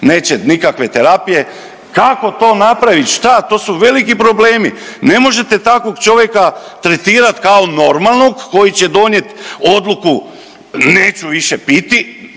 neće nikakve terapije. Kako to napravit, šta? To su veliki problemi, ne možete takvog čovjeka tretirat kao normalnog koji će donijeti odluku neću više piti